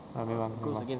(uh huh) uh mm ah